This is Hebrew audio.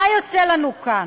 מה יוצא לנו כאן?